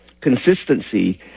consistency